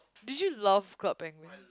did you love Club Penguin